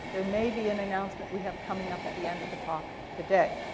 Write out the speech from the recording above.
there may be an announcement we have coming up at the end of the talk today.